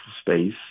space